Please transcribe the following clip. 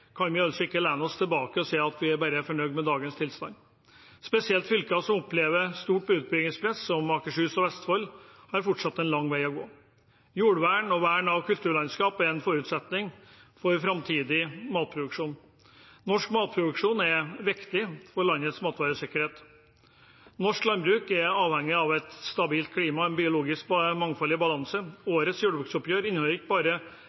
kan vi ikke bare lene oss tilbake og si at vi er fornøyd med dagens tilstand. Spesielt fylker som opplever stort utbyggingspress, som Akershus og Vestfold, har fortsatt en lang vei å gå. Jordvern og vern av kulturlandskap er en forutsetning for framtidig matproduksjon. Norsk matproduksjon er viktig for landets matvaresikkerhet. Norsk landbruk er avhengig av et stabilt klima og et biologisk mangfold i balanse. Årets jordbruksoppgjør inneholder ikke